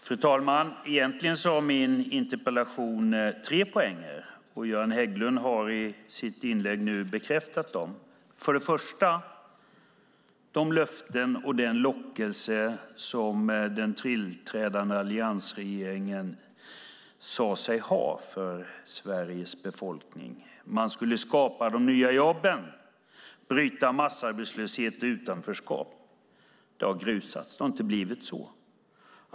Fru talman! Egentligen har min interpellation tre poänger, och Göran Hägglund har i sitt inlägg nu bekräftat dessa. De löften och den lockelse den tillträdande alliansregeringen sade sig ha för Sveriges befolkning - man skulle skapa de nya jobben och bryta massarbetslöshet och utanförskap - har grusats. Det har inte blivit så.